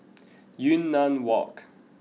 Yunnan Walk